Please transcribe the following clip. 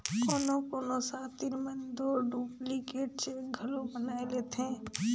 कोनो कोनो सातिर मन दो डुप्लीकेट चेक घलो बनाए लेथें